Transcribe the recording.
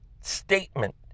statement